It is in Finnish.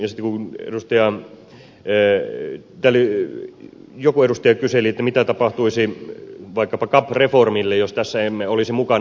ja sen edustajan työ ei löydy joku edustaja kyseli mitä tapahtuisi vaikkapa cap reformille jos tässä emme olisi mukana